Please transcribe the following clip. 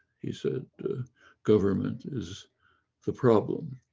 he said, government is the problem,